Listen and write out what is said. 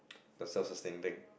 the self sustaining thing